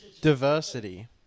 Diversity